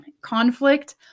Conflict